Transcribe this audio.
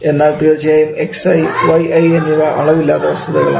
എന്നാൽ തീർച്ചയായും xi yi എന്നിവ അളവില്ലാത്ത വസ്തുതകളാണ്